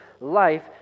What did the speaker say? life